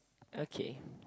okay